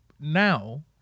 now